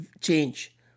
change